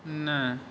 ନା